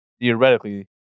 theoretically